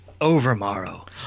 overmorrow